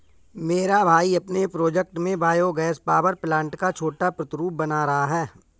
मेरा भाई अपने प्रोजेक्ट में बायो गैस पावर प्लांट का छोटा प्रतिरूप बना रहा है